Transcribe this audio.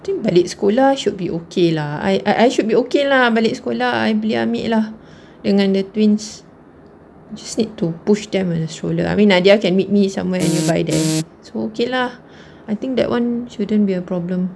I think balik sekolah should be okay lah I I should be okay lah balik sekolah I boleh ambil lah dengan the twins just need to push them on the stroller I mean nadia can meet me somewhere nearby there so okay lah I think that [one] shouldn't be a problem